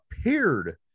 appeared